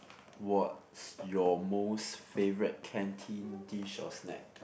what's your most favourite canteen dish or snack